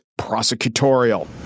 prosecutorial